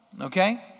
okay